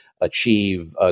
achieve